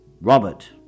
Robert